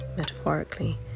metaphorically